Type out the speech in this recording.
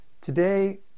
Today